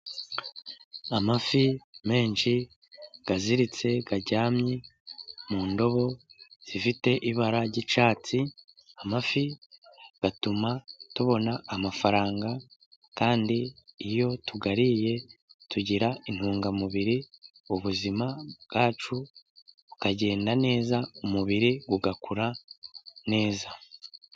Amafi menshi aziritse, aryamye mu ndobo ifite ibara ry'icyatsi. Amafi atuma tubona amafaranga, kandi iyo tuyariye tugira intungamubiri, ubuzima bwacu bukagenda neza, umubiri ugakura neza.